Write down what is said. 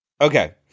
Okay